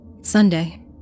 Sunday